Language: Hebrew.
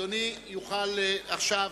אדוני יוכל עכשיו